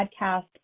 podcast